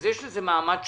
אז יש לזה מעמד שונה,